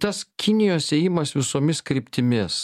tas kinijos ėjimas visomis kryptimis